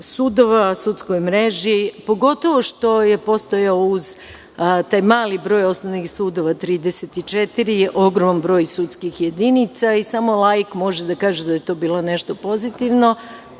sudova, u sudskoj mreži, pogotovo što je postojao uz taj mali broj osnovnih sudova. Dakle, 34 je ogroman broj sudskih jedinica i samo laik može da kaže da je to bilo nešto pozitivno.